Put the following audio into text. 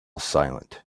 silent